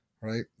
right